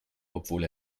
obwohl